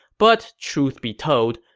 but truth be told,